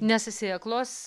nes sėklos